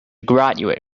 graduate